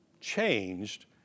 changed